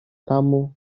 tamu